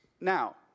now